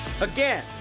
Again